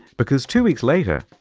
because two weeks later,